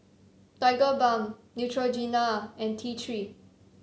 Tigerbalm Neutrogena and T Three